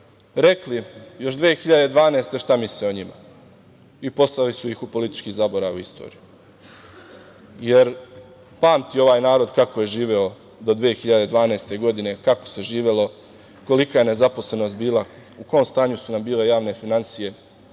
rekli još 2012. godine šta misle o njima i poslali su ih u politički zaborav i istoriju, jer pamti ovaj narod kako je živeo do 2012. godine, kako se živelo, kolika je nezaposlenost bila, u kom stanju su nam bile javne finansije,